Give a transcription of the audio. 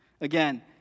Again